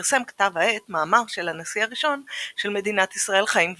פרסם כתב העת מאמר של הנשיא הראשון של מדינת ישראל חיים וויצמן,